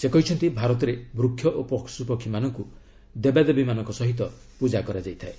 ସେ କହିଛନ୍ତି ଭାରତରେ ବୃକ୍ଷ ଓ ପଶୁପକ୍ଷୀମାନଙ୍କୁ ଦେବାଦେବୀମାନଙ୍କ ସହ ପୂଜା କରାଯାଇଥାଏ